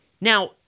Now